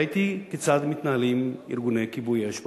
ראיתי כיצד מתנהלים ארגוני כיבוי אש בעולם.